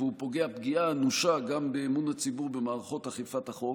והוא פוגע פגיעה אנושה גם באמון הציבור במערכות אכיפת החוק.